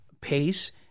pace